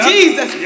Jesus